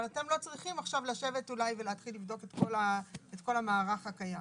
אבל אתם לא צריכים עכשיו לשבת אולי ולהתחיל לבדוק את כל המערך הקיים